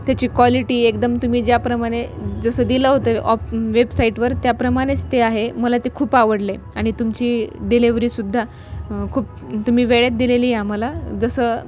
त्याची क्वालिटी एकदम तुम्ही ज्याप्रमाणे जसं दिलं होतं ऑप वेबसाईटवर त्याप्रमाणेच ते आहे मला ते खूप आवडले आणि तुमची डिलेवरीसुद्धा खूप तुम्ही वेळेत दिलेली आम्हाला जसं